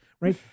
right